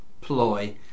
ploy